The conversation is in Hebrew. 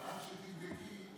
אבל עד שתבדקי,